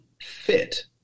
fit